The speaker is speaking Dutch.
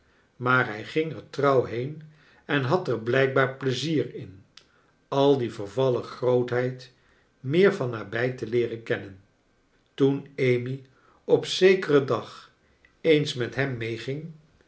maar hij ging er trouw heen en had er blijkbaar plezier in al die vervallen grootheid meer van nabij te leeren kennen toen amy op zekeren dag eens met hem meeging